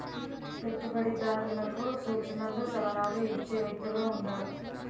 పెట్టుబడిదారులకు సూచనలు సలహాలు ఇచ్చే వ్యక్తులు ఉంటారు